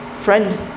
Friend